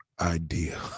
idea